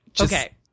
okay